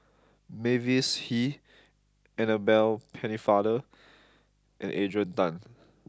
Mavis Hee Annabel Pennefather and Adrian Tan